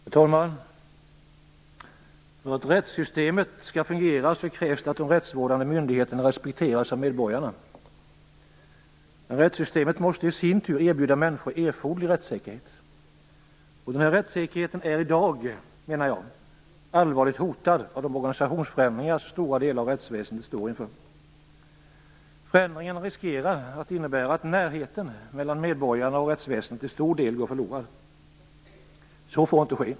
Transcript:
Fru talman! För att rättssystemet skall fungera krävs det att de rättsvårdande myndigheterna respekteras av medborgarna. Rättssystemet måste i sin tur erbjuda människor erforderlig rättssäkerhet. Denna rättssäkerhet är i dag, menar jag, allvarligt hotad av de organisationsförändringar stora delar av rättsväsendet står inför. Förändringarna riskerar att innebära att närheten mellan medborgarna och rättsväsendet till stor del går förlorad. Så får inte ske.